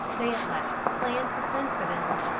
they at last planned to send for them.